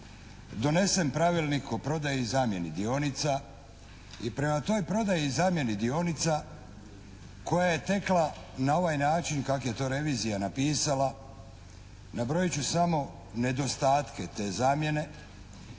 donesen Pravilnik o prodaji i zamjeni dionica i prema toj prodaji i zamjeni dionica koja je tekla na ovaj način kako je to revizija napisala, nabrojit ću samo nedostatke te zamjene